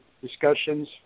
discussions